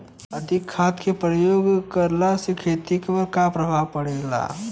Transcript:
अधिक खाद क प्रयोग कहला से खेती पर का प्रभाव पड़ेला?